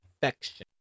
perfection